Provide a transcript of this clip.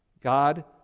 God